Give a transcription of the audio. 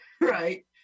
right